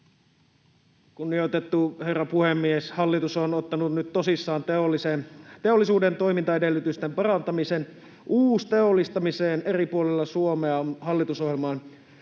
Kunnioitettu herra puhemies! Hallitus on ottanut nyt tosissaan teollisuuden toimintaedellytysten parantamisen. Uusteollistamiseen eri puolilla Suomea on hallitusohjelman